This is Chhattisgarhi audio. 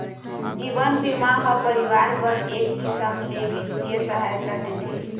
जीवन बीमा ह परिवार बर एक किसम ले बित्तीय सहायता देथे